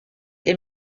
est